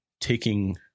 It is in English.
taking